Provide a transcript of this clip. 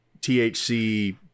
THC